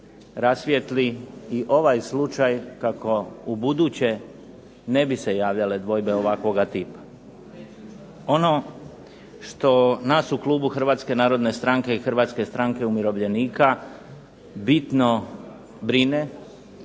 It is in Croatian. rasvijetli i ovaj slučaj kako ubuduće ne bi se javljale dvojbe ovakvoga tipa. Ono što nas u klubu Hrvatske narodne stranke i Hrvatske stranke umirovljenika bitno brine,